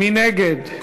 מי נגד?